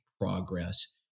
progress